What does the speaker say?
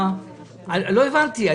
לא הבנתי.